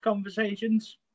Conversations